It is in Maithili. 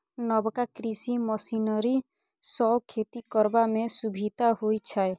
नबका कृषि मशीनरी सँ खेती करबा मे सुभिता होइ छै